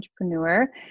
entrepreneur